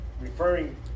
referring